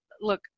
Look